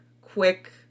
quick